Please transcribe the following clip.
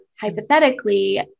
hypothetically